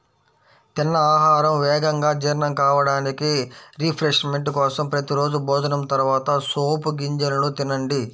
తిన్న ఆహారం వేగంగా జీర్ణం కావడానికి, రిఫ్రెష్మెంట్ కోసం ప్రతి రోజూ భోజనం తర్వాత సోపు గింజలను తినండి